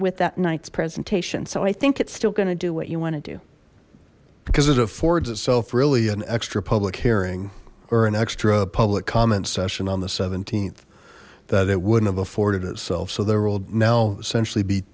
with that night's presentation so i think it's still going to do what you want to do because it affords itself really an extra public hearing or an extra public comment session on the th that it wouldn't have afforded itself so there will now essentially be